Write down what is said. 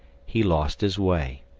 he lost his way.